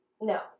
No